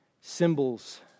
symbols